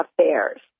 affairs